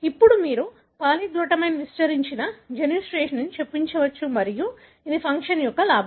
ఇప్పుడు మీరు పాలీగ్లుటామైన్ విస్తరించిన జన్యు శ్రేణిని చొప్పించవచ్చు మరియు ఇది ఫంక్షన్ యొక్క లాభం